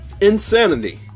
insanity